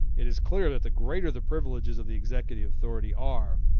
it is clear that the greater the privileges of the executive authority are,